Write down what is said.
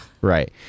Right